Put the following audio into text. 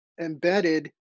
embedded